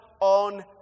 on